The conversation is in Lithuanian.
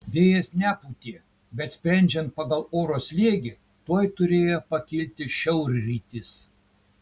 vėjas nepūtė bet sprendžiant pagal oro slėgį tuoj turėjo pakilti šiaurrytys